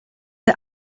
der